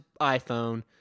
iPhone